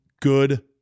Good